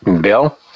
Bill